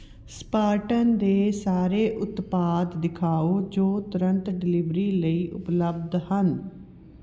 Spartan ਦੇ ਸਾਰੇ ਉਤਪਾਦ ਦਿਖਾਉ ਜੋ ਤੁਰੰਤ ਡਿਲੀਵਰੀ ਲਈ ਉਪਲਬਧ ਹਨ